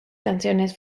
canciones